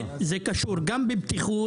זה קשור גם בבטיחות,